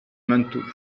manteau